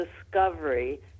discovery